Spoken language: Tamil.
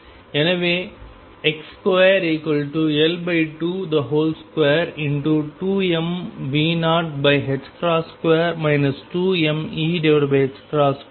எனவே X2L222mV02 2mE22mV02L22